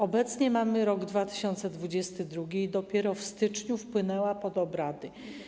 Obecnie mamy rok 2022 i dopiero w styczniu wpłynęła pod obrady.